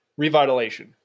revitalization